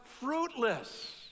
fruitless